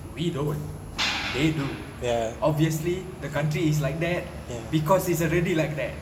we don't they do obviously the country is like that because it's already like that